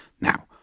Now